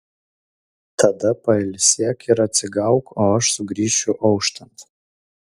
tada pailsėk ir atsigauk o aš sugrįšiu auštant